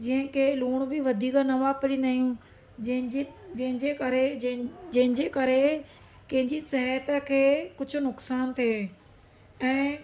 जीअं की लूण बि वधीक न वापरींदा आहियूं जंहिंजे जंहिंजे करे जंहिं जंहिंजे करे कंहिंजी सिहत खे कुझु नुक़सानु थिए ऐं